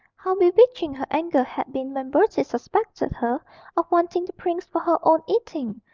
how bewitching her anger had been when bertie suspected her of wanting the prince for her own eating.